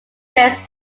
acres